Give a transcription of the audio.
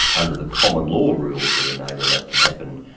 under the common law rules that enable that to happen,